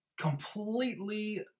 completely